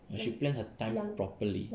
ya she plan her time properly